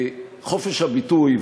חופש הביטוי,